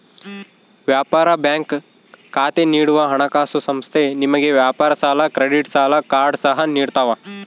ವ್ಯಾಪಾರ ಬ್ಯಾಂಕ್ ಖಾತೆ ನೀಡುವ ಹಣಕಾಸುಸಂಸ್ಥೆ ನಿಮಗೆ ವ್ಯಾಪಾರ ಸಾಲ ಕ್ರೆಡಿಟ್ ಸಾಲ ಕಾರ್ಡ್ ಸಹ ನಿಡ್ತವ